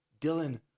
Dylan